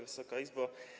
Wysoka Izbo!